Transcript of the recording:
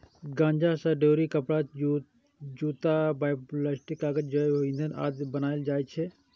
गांजा सं डोरी, कपड़ा, जूता, बायोप्लास्टिक, कागज, जैव ईंधन आदि बनाएल जाइ छै